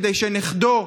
כדי שנכדו,